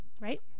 Right